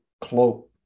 cloak